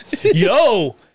Yo